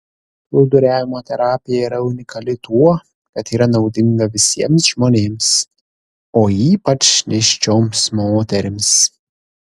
plūduriavimo terapija yra unikali tuo kad yra naudinga visiems žmonėms o ypač nėščioms moterims